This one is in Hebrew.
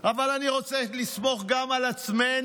אבל אני רוצה שנסמוך גם על עצמנו,